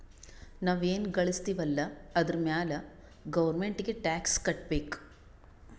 ನಾವ್ ಎನ್ ಘಳುಸ್ತಿವ್ ಅಲ್ಲ ಅದುರ್ ಮ್ಯಾಲ ಗೌರ್ಮೆಂಟ್ಗ ಟ್ಯಾಕ್ಸ್ ಕಟ್ಟಬೇಕ್